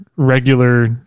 regular